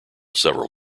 several